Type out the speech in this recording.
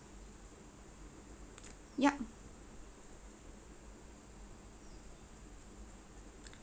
yup